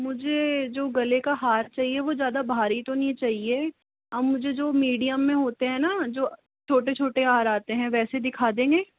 मुझे जो गले का हार चाहिए वह ज़्यादा भारी तो नहीं चाहिए आप मुझे जो मीडियम में होते हैं ना जो छोटे छोटे हार आते हैं वैसे दिखा देंगे